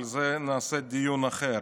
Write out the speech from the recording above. ועל זה נעשה דיון אחר.